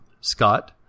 Scott